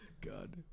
God